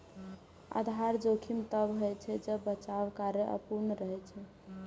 आधार जोखिम तब होइ छै, जब बचाव कार्य अपूर्ण रहै छै